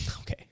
okay